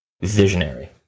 visionary